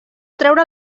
treure